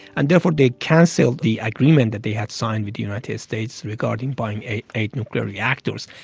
and therefore they cancelled the agreement that they had signed with the united states regarding buying eight eight nuclear reactors,